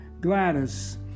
Gladys